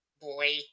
Boy